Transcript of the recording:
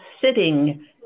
sitting